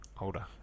Older